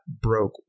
broke